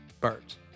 Birds